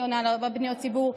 אני עונה להרבה פניות ציבור,